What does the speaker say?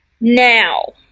Now